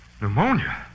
Pneumonia